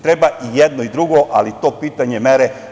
Treba i jedno i drugo, ali je pitanje mere.